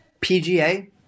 PGA